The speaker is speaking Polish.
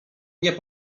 nie